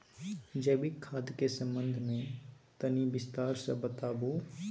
जैविक खाद के संबंध मे तनि विस्तार स बताबू?